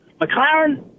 McLaren